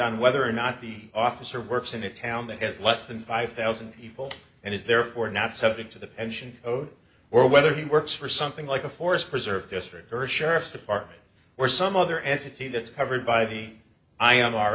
on whether or not the officer works in a town that has less than five thousand people and is therefore not subject to the pension owed or whether he works for something like a forest preserve history or sheriff's department or some other entity that's covered by the i